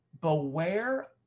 beware